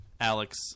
alex